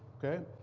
ok?